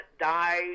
die